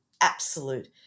absolute